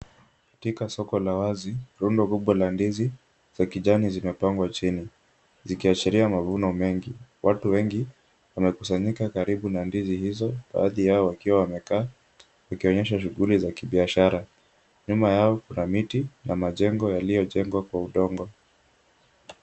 Katika soko la wazi, rundo kubwa la ndizi za kijani zinapangwa chini. Zikiashiria mavuno mengi. Watu wengi wamekusanyika karibu na ndizi hizo, baadhi yao wakiwa wamekaa wakionyesha shughuli za kibiashara. Nyuma yao kuna miti na majengo yaliyojengwa kwa udongo.